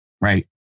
right